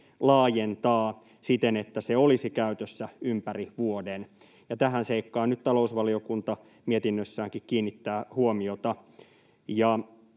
laajentaa siten, että se olisi käytössä ympäri vuoden. Tähän seikkaan nyt talousvaliokuntakin mietinnössään kiinnittää huomiota.